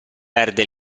perde